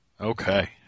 Okay